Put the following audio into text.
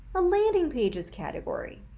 a landing pages category.